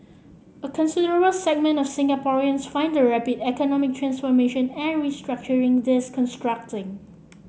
a considerable segment of Singaporeans find the rapid economic transformation and restructuring